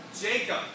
Jacob